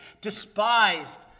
despised